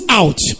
out